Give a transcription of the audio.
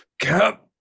Cap